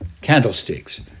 candlesticks